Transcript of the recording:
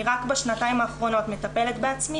אני רק בשנתיים האחרונות מטפלת בעצמי,